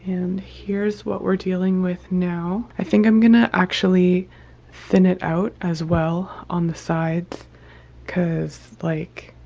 and here's what we're dealing with now i think i'm gonna actually thin it out as well on the sides because like